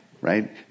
right